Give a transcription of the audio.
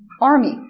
army